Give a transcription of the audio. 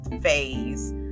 phase